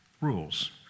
rules